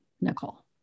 Nicole